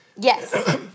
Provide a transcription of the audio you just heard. Yes